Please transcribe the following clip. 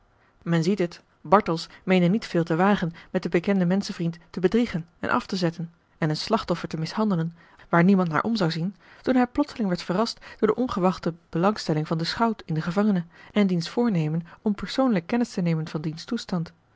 men ziet het bartels meende niet veel te wagen met den bekenden menschenvriend te bedriegen en af te zetten en een slachtoffer te mishandelen waar niemand naar om zou zien toen hij plotseling werd verrast door de ongewachte belangstelling van den schout in den gevangene en diens voornemen om persoonlijk kennis te nemen van diens toestand